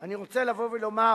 אני רוצה לבוא ולומר